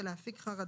ולהפיג חרדות,